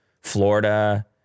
Florida